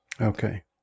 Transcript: Okay